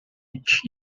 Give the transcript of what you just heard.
rich